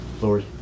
Lord